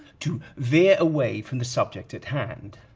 to veer away from the subject at hand.